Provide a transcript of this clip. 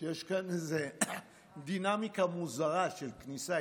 שיש כאן איזו דינמיקה מוזרה של כניסה,